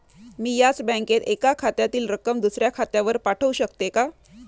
मी याच बँकेत एका खात्यातील रक्कम दुसऱ्या खात्यावर पाठवू शकते का?